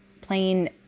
plain